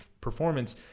performance